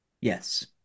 Yes